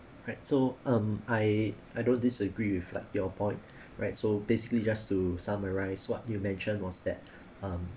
right so um I I don't disagree with like your point right so basically just to summarise what you mentioned was that um